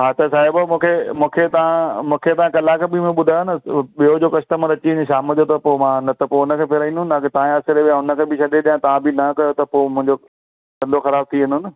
हा त साहिब मूंखे मूंखे तव्हां मूंखे तव्हां कलाक ॿीं में ॿुधायो न ॿियो जो कस्टमर अची वञे शाम जो त पोइ मां न त पोइ हुन खे फेराइंदुमि न अगरि तव्हां जे आसिरे वीहां हुनखे बि छॾे ॾियां तव्हां बि न कयो त पोइ मुहिंजो धंधो ख़राबु थी वेंदो न